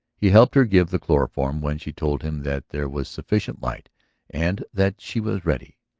he helped her give the chloroform when she told him that there was sufficient light and that she was ready.